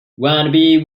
wannabe